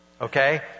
Okay